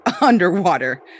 underwater